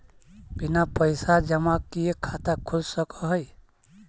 बिना पैसा जमा किए खाता खुल सक है?